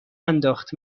انداخت